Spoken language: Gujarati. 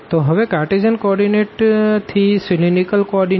તો હવે કારટેઝિયન કો ઓર્ડીનેટ થી સીલીન્દ્રીકલ કો ઓર્ડીનેટ